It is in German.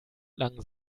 lang